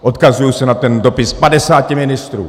Odkazuji se na ten dopis padesáti ministrů.